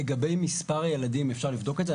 לגבי מספר ילדים אפשר לבדוק את זה.